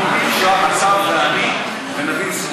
שמע מה אני אומר.